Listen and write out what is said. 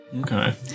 Okay